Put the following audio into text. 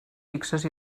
fixes